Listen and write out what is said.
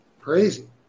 Crazy